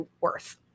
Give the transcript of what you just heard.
Worth